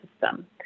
system